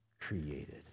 created